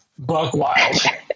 Buckwild